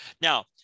Now